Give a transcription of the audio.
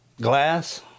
Glass